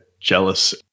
Jealous